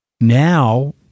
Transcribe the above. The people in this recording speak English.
now